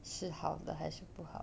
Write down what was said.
是好的还是不好